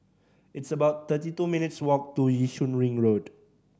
it's about thirty two minutes' walk to Yishun Ring Road